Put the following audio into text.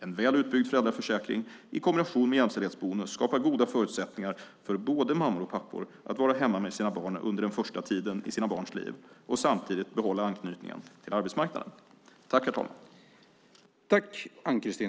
En väl utbyggd föräldraförsäkring i kombination med jämställdhetsbonus skapar goda förutsättningar för både mammor och pappor att vara hemma med sina barn under den första tiden i deras barns liv och samtidigt behålla anknytningen till arbetsmarknaden.